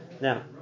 Now